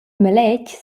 maletg